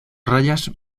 rayas